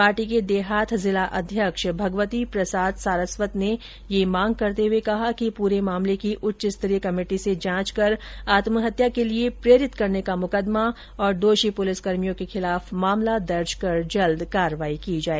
party के देहात जिला अध्यक्ष भगवती प्रसाद सारस्वत ने ये मांग करते हुए कहा कि पूरे मामले की उच्च स्तरीय कमेटी से जांच कर आत्महत्या के लिए प्रेरित करने का मुकदमा और दोषी पुलिस कर्मियों के खिलाफ मामला दर्ज कर जल्द कार्रवाई की जाय